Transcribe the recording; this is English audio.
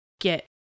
get